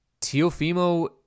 Teofimo